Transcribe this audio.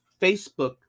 Facebook